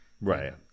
Right